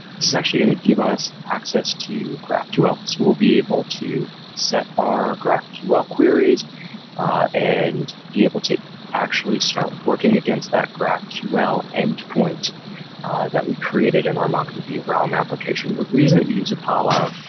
this is actually going to give us access to graphql, so we'll be able to set our graphql queries and be able to actually start working against that graphql endpoint that we created in our mongodb realm application. the reason that we use apollo,